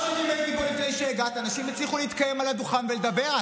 אני לא הפרעתי לך, אני הפרעתי לך?